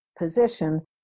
position